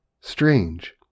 Strange